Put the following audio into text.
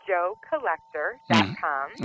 JoeCollector.com